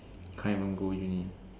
can't even go Uni